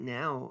now